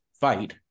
fight